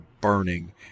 burning